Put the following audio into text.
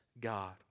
God